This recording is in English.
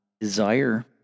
desire